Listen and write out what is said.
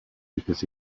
because